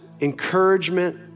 encouragement